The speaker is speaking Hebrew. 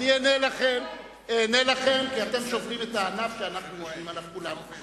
אני אענה לכם כי אתם שוברים את הענף שאנחנו יושבים עליו כולנו.